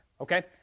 Okay